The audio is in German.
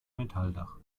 metalldach